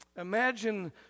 Imagine